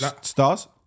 Stars